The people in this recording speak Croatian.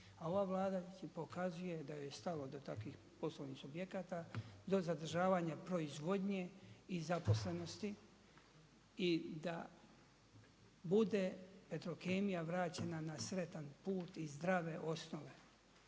Ova Vlada pokazuje da joj je stalo do takvih poslovnih subjekata, do zadržavanja proizvodnje i zaposlenosti i da bude Petrokemija vraćena na sretan put i zdrave osnove